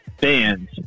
fans